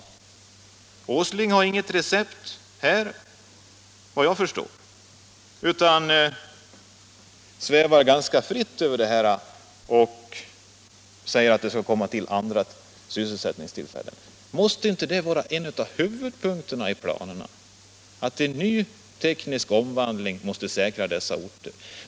Herr Åsling har, såvitt jag förstår, inget recept utan svävar ganska fritt när han säger att det skall komma till andra sysselsättningstillfällen. Måste inte en av huvudpunkterna i en planering vara att en teknisk omvandling skall hjälpa dessa orter?